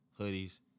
hoodies